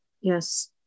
yes